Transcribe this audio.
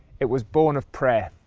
it was born of prayer.